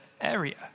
area